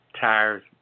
Tires